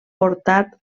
portat